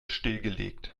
stillgelegt